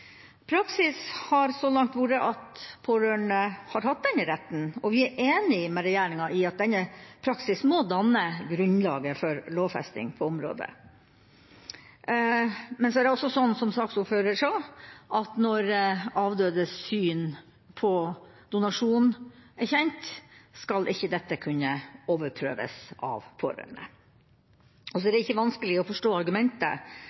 Praksis så langt har vært at pårørende har hatt denne retten, og vi er enig med regjeringa i at denne praksis må danne grunnlaget for lovfesting på området. Men så er det også sånn – som saksordføreren sa – at når avdødes syn på donasjon er kjent, skal ikke dette kunne overprøves av pårørende. Det er ikke vanskelig å forstå argumentet